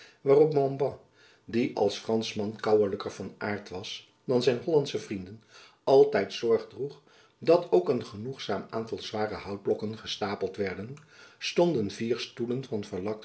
waarop montbas die als franschman koûelijker van aart was dan zijn hollandsche vrienden altijd zorg droeg dat ook een genoegzaam aantal zware houtblokken gestapeld werden stonden vier stoelen van